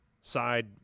side